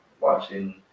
watching